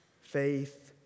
faith